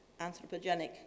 anthropogenic